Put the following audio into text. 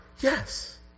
Yes